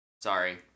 Sorry